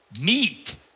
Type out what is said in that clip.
Meat